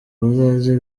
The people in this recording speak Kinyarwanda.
bazaze